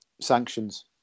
sanctions